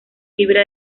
fibra